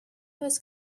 was